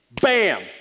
bam